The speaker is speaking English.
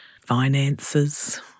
finances